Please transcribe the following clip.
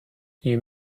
you